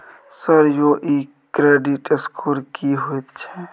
Sir यौ इ credit score की होयत छै?